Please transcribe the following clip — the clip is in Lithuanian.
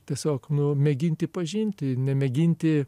tiesiog nu mėginti pažinti nemėginti